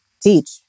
teach